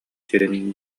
сирин